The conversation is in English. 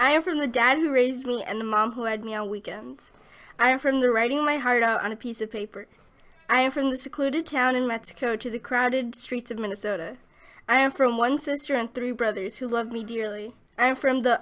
i am from the dad who raised me and the mom who had me a week and i am from the writing my heart out on a piece of paper i am from the secluded town in mexico to the crowded streets of minnesota i am from one sister and three brothers who love me dearly i am from the